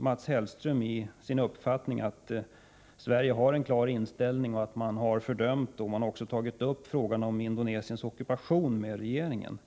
Mats Hellström i sin uppfattning att Sverige har en klar inställning, att Sverige har fördömt den indonesiska ockupationen och också tagit upp frågan med den indonesiska regeringen.